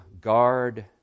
guard